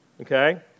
okay